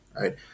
right